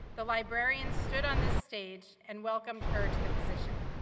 the librarian stood on this stage and welcomed her to the position.